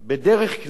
בדרך כלל,